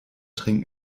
trinken